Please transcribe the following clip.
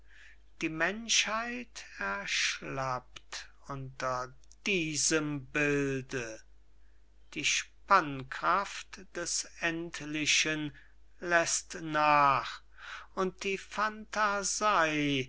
die menschheit erschlafft unter diesem bilde die spannkraft des endlichen läßt nach und die